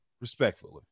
respectfully